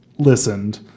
listened